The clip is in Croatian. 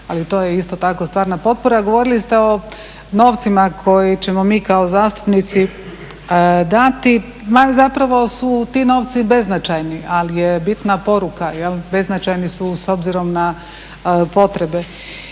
ali to je isto tako stvarna potpora. Govorili ste o novcima koji ćemo mi kao zastupnici dati, ma zapravo su ti novci beznačajni ali je bitna poruka, beznačajni su s obzirom na potrebe.